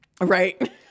right